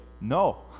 no